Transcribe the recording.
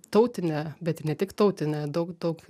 tautinė bet ir ne tik tautinė daug daug